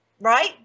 right